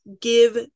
Give